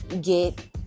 get